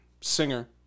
singer